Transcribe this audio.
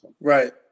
Right